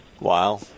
Wow